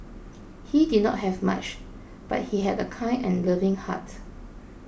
he did not have much but he had a kind and loving heart